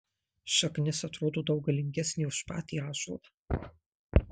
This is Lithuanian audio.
šaknis atrodo daug galingesnė už patį ąžuolą